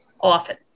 often